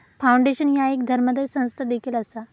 foundation ह्या एक धर्मादाय संस्था देखील असा